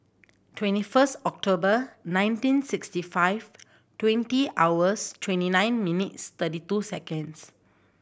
twenty first October nineteen sixty five twenty hours twenty nine minutes thirty two seconds